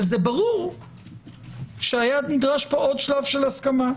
אבל זה ברור שהיה נדרש פה עוד שלב של הסכמה.